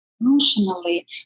emotionally